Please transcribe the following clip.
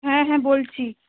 হ্যাঁ হ্যাঁ বলছি